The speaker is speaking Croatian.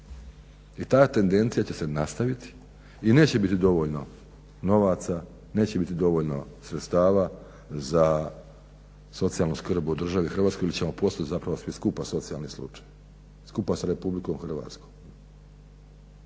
I ta tendencija će se nastaviti i neće biti dovoljno novaca, neće biti dovoljno sredstava za socijalnu skrb u državi Hrvatskoj ili ćemo postat zapravo svi skupa socijalni slučaj, skupa s Republikom Hrvatskom.